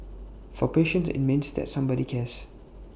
for patients IT means that somebody cares